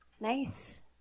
Nice